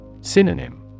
Synonym